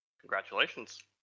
congratulations